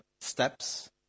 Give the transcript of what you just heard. steps